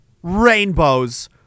rainbows